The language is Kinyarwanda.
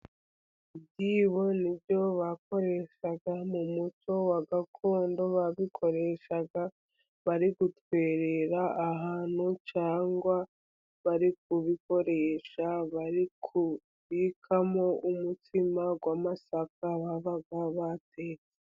Ibyibo nibyo bakoreshaga mu muco wa gakondo, babikoreshaga bari gutwerera ahantu, cyangwa bari kubikamo umutsima w'amasaka babaga watetse.